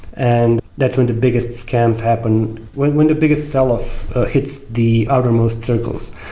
and that's when the biggest scams happen when when the biggest sell off hits the outer most circles.